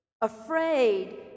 afraid